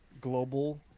Global